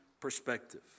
perspective